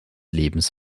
lebens